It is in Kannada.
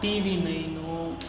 TV nine